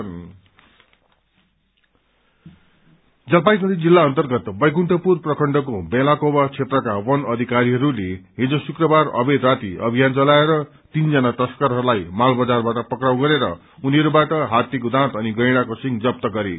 incident Jalpaiguri जिल्ला अर्न्तगत बैकुण्डपुर प्रखण्डको बेलाकोबा क्षेत्रका बन अधिकारीहरूले हिज शुक्रबार अबेर राति अभियान चलाएर तीनजरा तस्करहरूलाई मालबजारबाट पक्राउ गरेर उनीहरूबाट हात्तीको दाँत अनि गैड़ाको सिंग जफ्त गरे